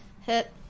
Hit